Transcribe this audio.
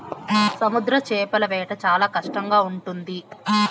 సముద్ర చేపల వేట చాలా కష్టంగా ఉంటుంది